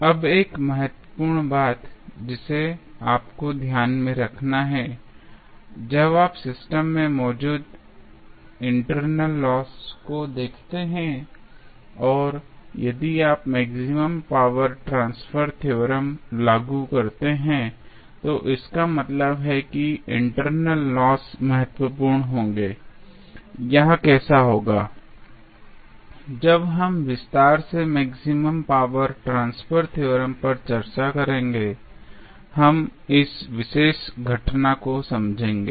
अब एक महत्वपूर्ण बात जिसे आपको ध्यान में रखना है जब आप सिस्टम में मौजूद इंटरनल लॉस को देखते हैं और यदि आप मैक्सिमम पावर ट्रांसफर थ्योरम लागू करते हैं तो इसका मतलब है कि इंटरनल लॉस महत्वपूर्ण होंगे यह कैसे होगा जब हम विस्तार से मैक्सिमम पावर ट्रांसफर थ्योरम पर चर्चा करेंगे हम इस विशेष घटना को समझेंगे